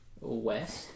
West